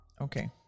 okay